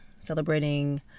celebrating